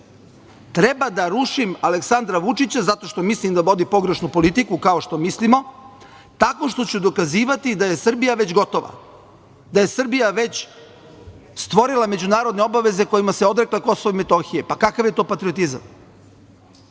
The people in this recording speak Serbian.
Treba da rušim Aleksandra Vučića zato što mislim da vodi pogrešnu politiku, kao što mislimo, tako što ću dokazivati da je Srbija već gotova, da je Srbija već stvorila međunarodne obaveze kojima se odrekla Kosova i Metohije? Pa, kakav je to patriotizam?